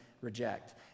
reject